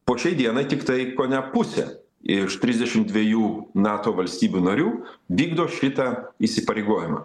po šiai dienai tiktai kone pusė iš trisdešim dviejų nato valstybių narių vykdo šitą įsipareigojimą